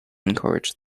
encourage